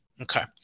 Okay